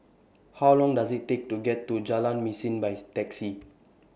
How Long Does IT Take to get to Jalan Mesin By Taxi